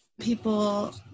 people